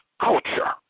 culture